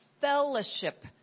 fellowship